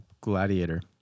gladiator